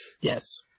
Yes